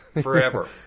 forever